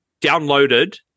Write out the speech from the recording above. downloaded